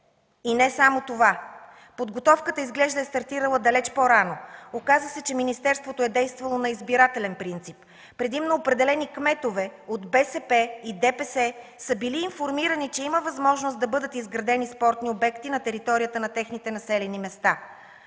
И не само това. Подготовката изглежда е стартирала далеч по-рано. Оказа се, че министерството е действало на избирателен принцип. Предимно определени кметове от БСП и ДПС са били информирани, че има възможност да бъдат изградени спортни обекти на територията на техните населени места.